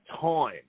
time